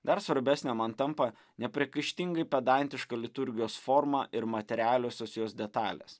dar svarbesnė man tampa nepriekaištingai pedantiška liturgijos forma ir materialiosios jos detalės